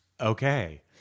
Okay